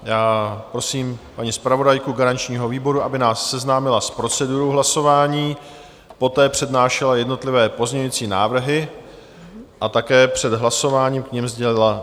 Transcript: Já prosím paní zpravodajku garančního výboru, aby nás seznámila s procedurou hlasování, poté přednášela jednotlivé pozměňující návrhy a také před hlasováním k nim sdělila stanovisko výboru.